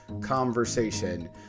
conversation